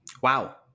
Wow